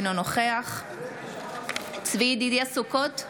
אינו נוכח צבי ידידיה סוכות,